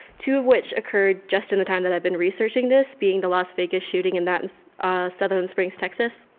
two of which occurred just in the time that i've been researching this being the las vegas shooting in that sutherland springs texas,